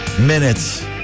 minutes